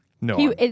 No